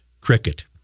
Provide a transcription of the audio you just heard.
cricket